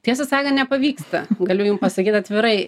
tiesą sakant nepavyksta galiu jum pasakyt atvirai